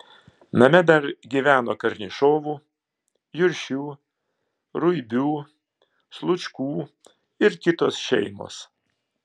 name dar gyveno karnišovų juršių ruibių slučkų ir kitos šeimos